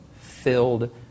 filled